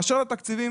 באשר לתקציבים,